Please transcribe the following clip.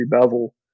bevel